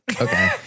Okay